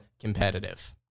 competitive